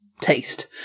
taste